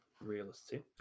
realistic